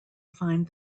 find